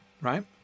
right